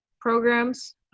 programs